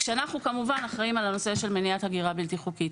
אנחנו כמובן אחראים על הנושא של מניעת הגירה בלתי חוקית.